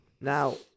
Now